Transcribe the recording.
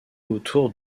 autour